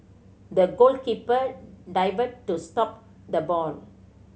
the goalkeeper dived to stop the ball